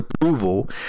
approval